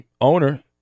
owner